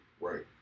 Right